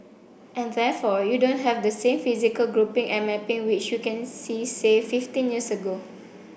and therefore you don't have the same physical grouping and mapping which you can see say fifteen years ago